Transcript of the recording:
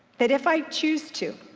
that if i choose to,